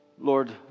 Lord